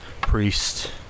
priest